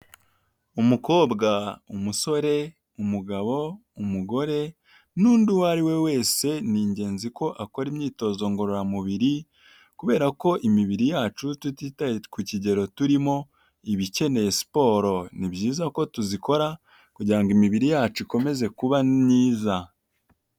Umukobwa, umusore, umugabo, umugore, n'undi uwo ari we wese, ni ingenzi ko akora imyitozo ngororamubiri, kubera ko imibiri yacu, tutitaye ku kigero turimo, iba ikeneye siporo. Ni byiza ko tuzikora, kugira ngo imibiri yacu ikomeze kuba myiza.